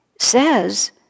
says